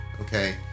Okay